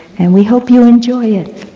and we hope you enjoy it.